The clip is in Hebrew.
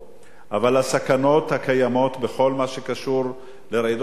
אבל הסכנות הקיימות בכל מה שקשור לרעידות אדמה,